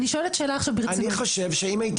אני שואלת שאלה עכשיו ברצינות.